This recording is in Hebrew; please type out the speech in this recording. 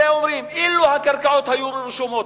אומרים: אילו הקרקעות היו רשומות.